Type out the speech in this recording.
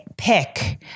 Pick